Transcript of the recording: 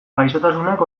gaixotasunak